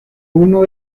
uno